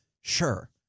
sure